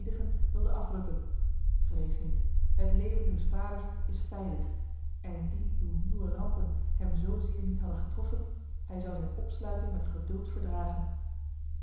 wilde afrukken vrees niet het leven uws vaders is veilig en indien uw nieuwe rampen hem zozeer niet hadden getroffen hij zou zijn opsluiting met geduld verdragen